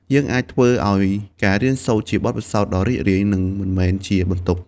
យើងអាចធ្វើឲ្យការរៀនសូត្រជាបទពិសោធន៍ដ៏រីករាយ និងមិនមែនជាបន្ទុក។